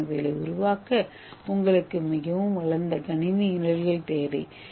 ஏ கட்டமைப்புகளை உருவாக்க உங்களுக்கு மிகவும் வளர்ந்த கணினி நிரல்கள் தேவை